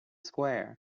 square